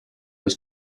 was